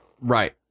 Right